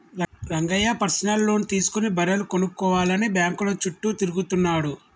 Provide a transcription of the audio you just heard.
Rangayya personal loan తీసుకుని బర్రెలు కొనుక్కోవాలని బ్యాంకుల చుట్టూ తిరుగుతున్నాడు